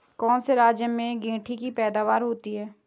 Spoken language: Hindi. कौन से राज्य में गेंठी की पैदावार होती है?